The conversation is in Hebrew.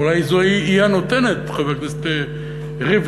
אולי היא הנותנת, חבר הכנסת ריבלין.